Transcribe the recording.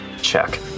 check